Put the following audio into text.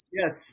yes